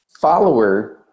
follower